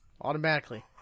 automatically